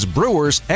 Brewers